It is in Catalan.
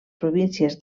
províncies